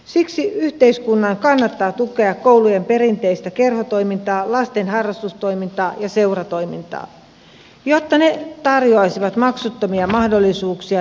siksi yhteiskunnan kannattaa tukea koulujen perinteistä kerhotoimintaa lasten harrastustoimintaa ja seuratoimintaa jotta ne tarjoaisivat maksuttomia mahdollisuuksia liikuntaharrastuksiin